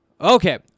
Okay